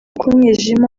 umwijima